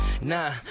Nah